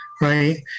right